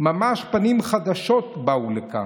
ממש פנים חדשות באו לכאן.